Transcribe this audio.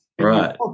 Right